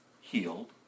healed